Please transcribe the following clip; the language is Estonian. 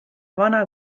vana